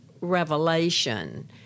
revelation